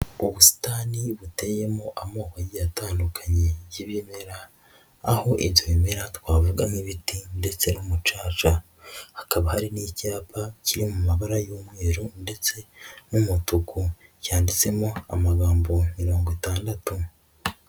Ubusitani buteyemo amoko agiye atandukanye y'ibimera aho ibyo bimera twavugaganamo ibiti ndetse n'umucaca, hakaba hari n'icyapa byo mu mabara y'umweru ndetse n'umutuku cyanditsemo amagambo mirongo itandatu.